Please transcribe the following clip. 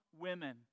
women